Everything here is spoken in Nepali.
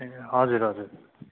ए हजुर हजुर